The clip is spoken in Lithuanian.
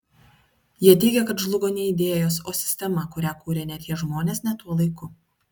jie teigia kad žlugo ne idėjos o sistema kurią kūrė ne tie žmonės ne tuo laiku